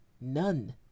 None